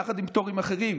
יחד עם פטורים אחרים,